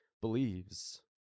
believes